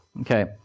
Okay